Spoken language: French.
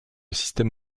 système